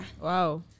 Wow